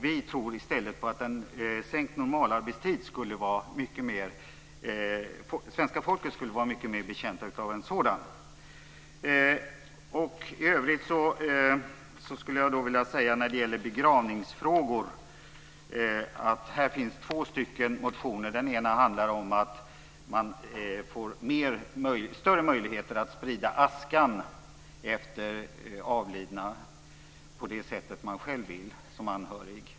Vi tror i stället att svenska folket skulle vara mycket mer betjänta av en sänkt normalarbetstid. I övrigt vill jag säga något när det gäller begravningsfrågor. Här finns det två motioner. Den ena handlar om att man får större möjligheter att sprida askan efter avlidna på det sätt man själv vill som anhörig.